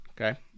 okay